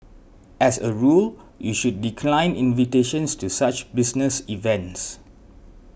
as a rule you should decline invitations to such business events